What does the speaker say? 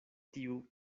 tiu